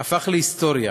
הפך להיסטוריה,